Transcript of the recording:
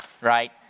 right